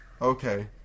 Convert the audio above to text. okay